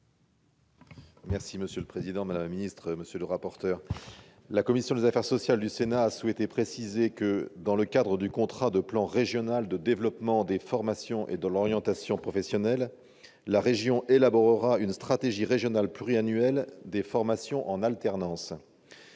est ainsi libellé : La parole est à M. Martin Lévrier. La commission des affaires sociales du Sénat a souhaité préciser que, dans le cadre du contrat de plan régional de développement des formations et de l'orientation professionnelles, la région élaborera une stratégie régionale pluriannuelle des formations en alternance.